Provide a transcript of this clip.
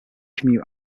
commute